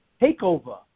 takeover